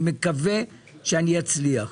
אני מקווה שאני אצליח.